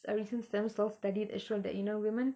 a recent stem cell study that showed that you know women